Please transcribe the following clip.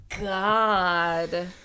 god